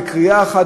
בקריאה אחת,